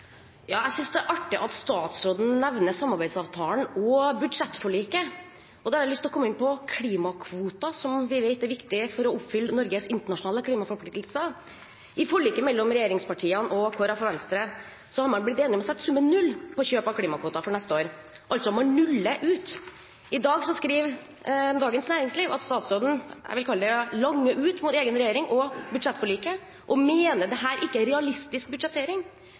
Jeg synes det er artig at statsråden nevner samarbeidsavtalen og budsjettforliket. Jeg har lyst til å komme inn på klimakvoter, som vi vet er viktig for å oppfylle Norges internasjonale klimaforpliktelser. I forliket mellom regjeringspartiene og Kristelig Folkeparti og Venstre har man blitt enig om å sette summen null for kjøp av klimakvoter for neste år, man nuller altså ut. I dag skriver Dagens Næringsliv at statsråden langer ut – vil jeg kalle det – mot egen regjering og budsjettforliket og mener dette ikke er realistisk budsjettering.